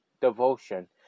devotion